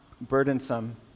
burdensome